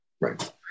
Right